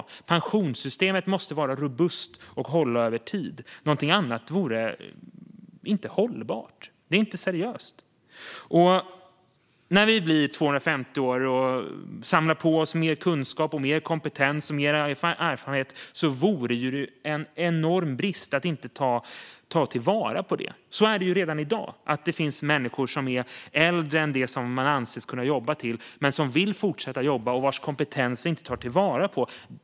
Pensionssystemet måste vara robust och hålla över tid. Någonting annat vore inte hållbart och seriöst. Om vi blir 250 år och samlar på oss mer kunskap, mer kompetens och mer erfarenhet vore det en enorm brist att inte ta vara på det. Redan i dag finns det människor som är äldre än den ålder som man anses kunna jobba till men som vill fortsätta jobba. Vi tar inte vara på deras kompetens.